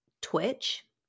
Twitch